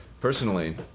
personally